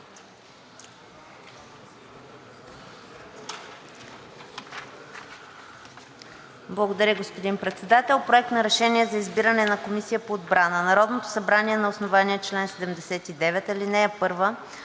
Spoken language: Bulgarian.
Благодаря, господин Председател. „Проект! РЕШЕНИЕ за избиране на Комисия по отбрана Народното събрание на основание чл. 79, ал. 1